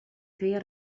feia